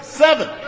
seven